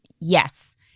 yes